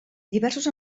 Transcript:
diversos